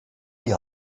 die